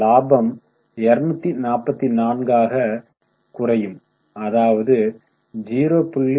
இலாபம் 244 ஆக குறையும் அதாவது 0 ௦